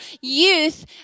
youth